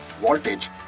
Voltage